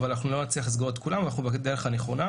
אנחנו לא נצליח לסגור את כולם אבל אנחנו בדרך הנכונה.